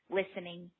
listening